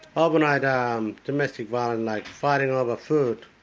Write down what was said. ah overnight um domestic violence like fighting over food,